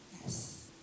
Yes